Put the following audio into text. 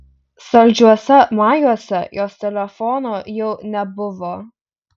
saldžiuose majuose jos telefono jau nebuvo